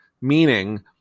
Meaning